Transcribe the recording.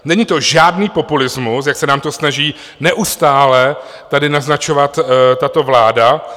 Není to žádný populismus, jak se nám to snaží neustále tady naznačovat tato vláda.